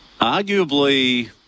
Arguably